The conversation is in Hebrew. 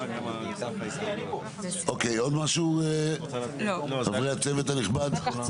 אוקי עוד משהו חברי הצוות הנכבד?